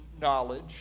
knowledge